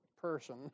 person